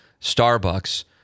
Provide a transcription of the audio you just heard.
Starbucks